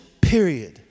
period